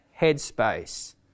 headspace